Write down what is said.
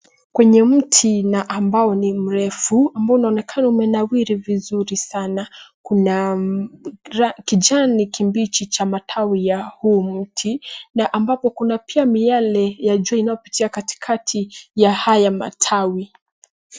Kwenye mti na ambao ni mrefu ambao unaonekana umenawiri vizuri sana. Kuna kijani kibichi cha matawi ya huu mti na ambapo kuna pia miale ya jua inayopitia katikati ya haya matawi.